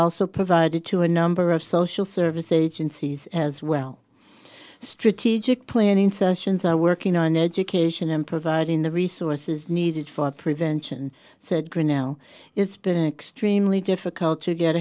also provided to a number of social service agencies as well strategic planning sessions are working on education and providing the resources needed for prevention said grinnell it's been extremely difficult to get